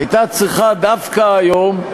הייתה צריכה דווקא היום,